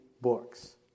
books